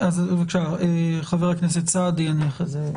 חבר הכנסת סעדי, בבקשה.